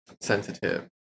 sensitive